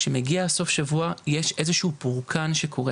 כשמגיע סוף שבוע יש איזה שהוא פורקן שקורה,